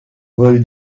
vol